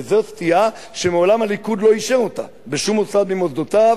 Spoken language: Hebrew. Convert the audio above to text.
וזאת סטייה שמעולם הליכוד לא אישר אותה בשום מוסד ממוסדותיו,